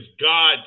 God